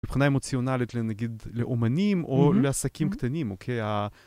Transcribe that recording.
מבחינה אמוציונלית לנגיד לאומנים או לעסקים קטנים אוקיי.